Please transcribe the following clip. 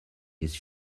his